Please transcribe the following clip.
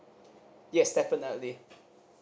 yes definitely